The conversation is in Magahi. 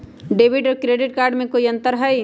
डेबिट और क्रेडिट कार्ड में कई अंतर हई?